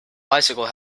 bicycle